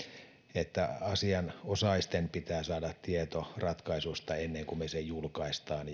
että asianosaisten pitää saada tieto ratkaisusta ennen kuin se julkaistaan